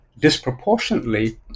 disproportionately